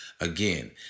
Again